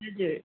हजुर